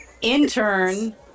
Intern